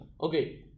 okay